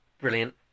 brilliant